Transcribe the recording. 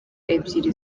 ebyiri